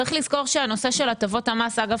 צריך לזכור שהנושא של הטבות המס אגב,